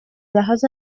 لحاظ